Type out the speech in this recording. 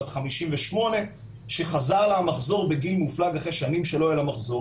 בת 58 שחזר לה על המחזור בגיל מופלג אחרי שנים שלא היה לה מחזור,